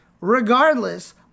regardless